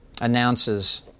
announces